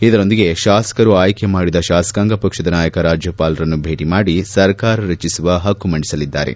ಇದರೊಂದಿಗೆ ಶಾಸಕರು ಆಯ್ನೆ ಮಾಡಿದ ಶಾಸಕಾಂಗ ಪಕ್ಷದ ನಾಯಕ ರಾಜ್ಯಪಾಲರನ್ನು ಭೇಟ ಮಾಡಿ ಸರ್ಕಾರ ರಚಿಸುವ ಹಕ್ಕು ಮಂಡಿಸಲಿದ್ದಾರೆ